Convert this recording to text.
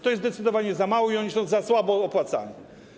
To jest zdecydowanie za mało i oni są słabo opłacani.